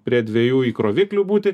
prie dviejų įkroviklių būti